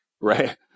right